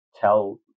tell